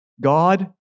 God